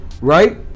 right